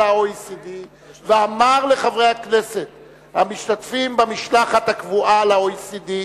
ה-OECD ואמר לחברי הכנסת המשתתפים במשלחת הקבועה ל-OECD,